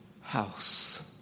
house